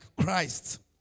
Christ